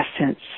essence